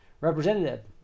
Representative